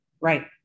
Right